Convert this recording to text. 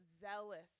zealous